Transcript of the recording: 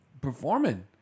performing